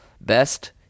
Best